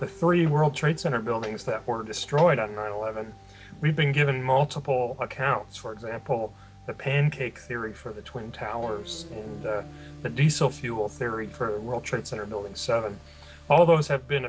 the three world trade center buildings that were destroyed on nine eleven we've been given multiple accounts for example the pancake theory for the twin towers and the diesel fuel theory for world trade center building seven all of those have been